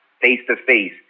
face-to-face